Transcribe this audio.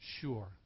Sure